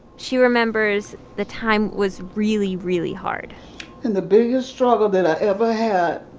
she remembers the time was really, really hard and the biggest struggle that i ever had